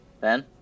ben